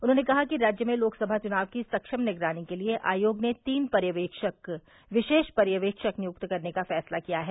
उन्होंने कहा कि राज्य में लोकसभा चुनाव की संक्षम निगरानी के लिए आयोग ने तीन विशेष पर्यवेक्षक नियुक्त करने का फैसला किया है